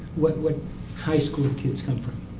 what what high school kids come from?